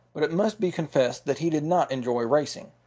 but it must be confessed that he did not enjoy racing.